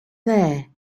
there